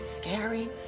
scary